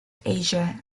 asia